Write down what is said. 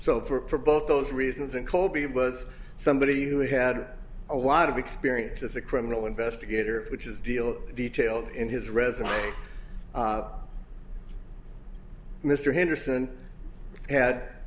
so for both those reasons and colby was somebody who had a lot of experience as a criminal investigator which is deal detailed in his resume mr henderson had